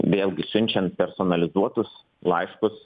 vėlgi siunčiant personalizuotus laiškus